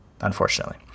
Unfortunately